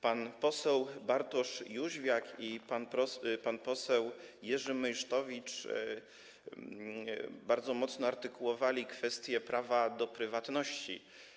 Pan poseł Bartosz Józwiak i pan poseł Jerzy Meysztowicz bardzo mocno artykułowali kwestię prawa do prywatności.